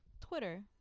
Twitter